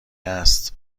است